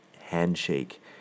handshake